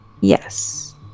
Yes